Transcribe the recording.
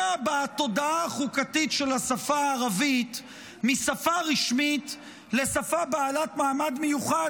בתודעה החוקתית של השפה הערבית משפה רשמית לשפה בעלת מעמד מיוחד,